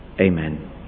Amen